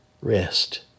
rest